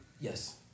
Yes